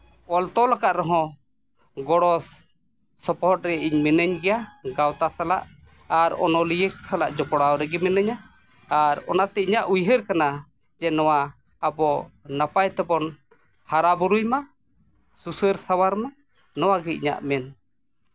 ᱚᱞ ᱛᱚᱞ ᱠᱟᱜ ᱨᱮᱦᱚᱸ ᱜᱚᱲᱚ ᱥᱚᱯᱚᱦᱚᱫ ᱨᱮ ᱤᱧ ᱢᱤᱱᱟᱹᱧ ᱜᱮᱭᱟ ᱜᱟᱶᱛᱟ ᱥᱟᱞᱟᱜ ᱟᱨ ᱚᱱᱚᱞᱤᱭᱟᱹ ᱥᱟᱞᱟᱜ ᱡᱚᱯᱲᱟᱣ ᱨᱮᱜᱮ ᱢᱤᱱᱟᱹᱧᱟ ᱟᱨ ᱚᱱᱟᱛᱮ ᱤᱧᱟᱹᱜ ᱩᱭᱦᱟᱹᱨ ᱠᱟᱱᱟ ᱡᱮ ᱱᱚᱣᱟ ᱟᱵᱚ ᱱᱟᱯᱟᱭ ᱛᱮᱵᱚᱱ ᱦᱟᱨᱟᱼᱵᱩᱨᱩᱭ ᱢᱟ ᱥᱩᱥᱟᱹᱨ ᱥᱟᱶᱟᱨ ᱢᱟ ᱱᱚᱣᱟᱜᱮ ᱤᱧᱟᱹᱜ ᱢᱮᱱ